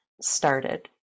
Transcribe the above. started